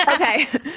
Okay